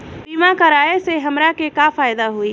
बीमा कराए से हमरा के का फायदा होई?